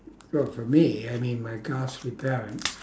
well for me I mean my ghastly parents